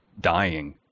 dying